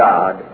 God